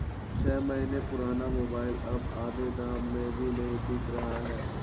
छह महीने पुराना मोबाइल अब आधे दाम में भी नही बिक रहा है